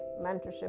mentorship